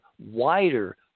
wider